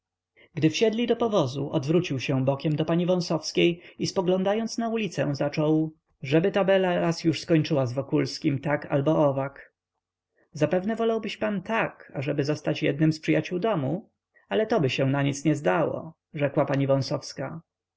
gdy wsiedli do powozu odwrócił się bokiem do pani wąsowskiej i spoglądając na ulicę zaczął żeby ta bela raz już skończyła z wokulskim tak albo owak zapewne wolałbyś pan tak ażeby zostać jednym z przyjaciół domu ale to się na nic nie zdało rzekła pani